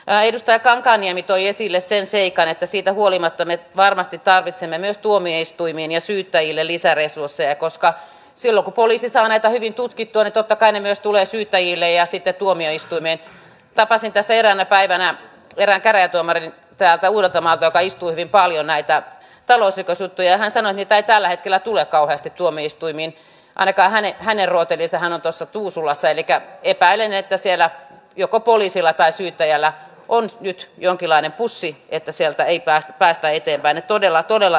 äidiltä kankaanniemi toi esille sen seikan että siitä huolimatta ne varmasti tarvitsemme myös tuomioistuimiin ja syyttäjille lisäresursseja koska sillä olisi saaneet äidin tutki tai totta kai ne myös tulee syyttäjille ja sitä tuomioistuimet tapasin tässä eräänä päivänä erään käräjätuomarin täältä uudeltamaalta kai kovin paljon näitä talousrikosjuttujahan se mitä ei tällä hetkellä tule kauheasti tuomioistuimiin ainakaan hänen hän erotti lisää natossa tuusulassa elikkä epäilen että siellä joko poliisilla tai syyttäjällä on nyt jonkinlainen pussi että sieltä ei päästä eteenpäin todella todella